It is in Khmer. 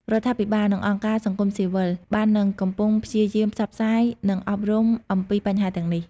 រដ្ឋាភិបាល និងអង្គការសង្គមស៊ីវិលបាននិងកំពុងព្យាយាមផ្សព្វផ្សាយ និងអប់រំអំពីបញ្ហាទាំងនេះ។